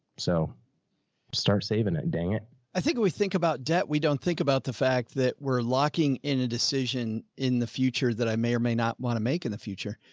so start saving it. dang it. joe i think when we think about debt, we don't think about the fact that we're locking in a decision in the future that i may or may not want to make in the future.